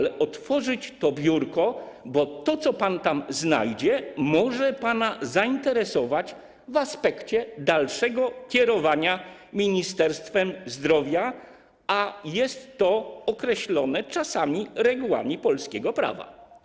Chodzi o to, by otworzyć to biurko, bo to, co pan tam znajdzie, może pana zainteresować w aspekcie dalszego kierowania Ministerstwem Zdrowia, a jest to określone - czasami - regułami polskiego prawa.